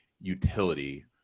utility